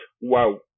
wow